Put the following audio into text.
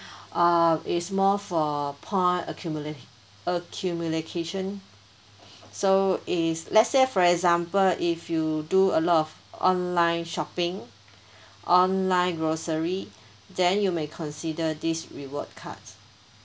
uh is more for point accumulate accumulacation so is let's say for example if you do a lot of online shopping online grocery then you may consider this reward cards